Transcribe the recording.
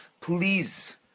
Please